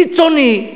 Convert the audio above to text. קיצוני,